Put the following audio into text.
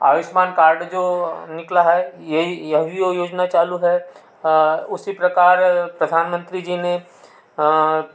Ayushman card जो निकला है यह यह भी योजना चालू है उसी प्रकार प्रधानमंत्री जी ने